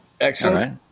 Excellent